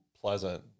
pleasant